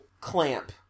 clamp